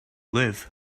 live